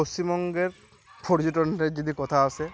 পশ্চিমবঙ্গের যদি কথা আসে